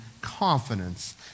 confidence